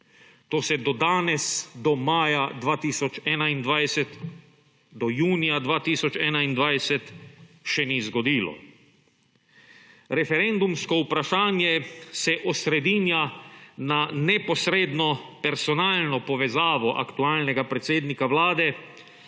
To se do danes, do junija 2021, še ni zgodilo. Referendumsko vprašanje se osredinja na neposredno personalno povezavo aktualnega predsednika Vlade